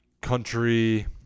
country